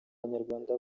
abanyarwanda